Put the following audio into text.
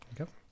Okay